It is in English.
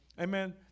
Amen